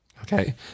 Okay